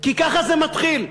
כי ככה זה מתחיל,